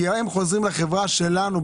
כי הם חוזרים לחברה שלנו.